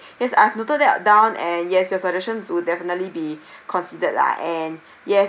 yes I have noted that down and yes your suggestions would definitely be considered lah and yes